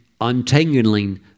untangling